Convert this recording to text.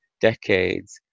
decades